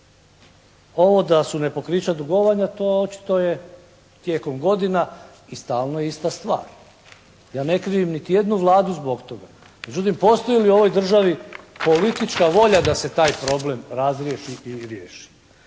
Ovo da su nepokrića dugovanja to očito je tijekom godina i stalno ista stvar. Ja ne krivim niti jednu Vladu zbog toga, međutim postoji li u ovoj državi politička volja da se taj problem razriješi ili riješi?